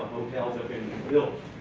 hotels have been built?